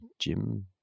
Jim